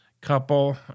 couple